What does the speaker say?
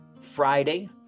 Friday